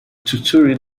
tutored